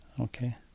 Okay